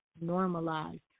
normalized